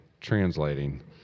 translating